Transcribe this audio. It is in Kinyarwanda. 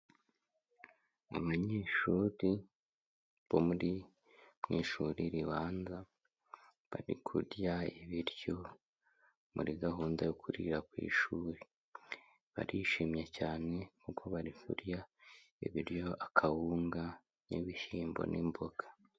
Abanyeshuri bo mu ishuri ribanza bari kurya ibiryo muri gahunda yo kurira ku ishuri, barishimye cyane kuko bari kurya ibiryo, akawunga n'ibishyimbo n'imboga.